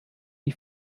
die